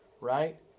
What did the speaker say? Right